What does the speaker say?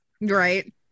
Right